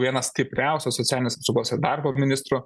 vienas stipriausių socialinės saugos ir darbo ministrų